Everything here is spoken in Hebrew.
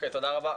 תודה רבה.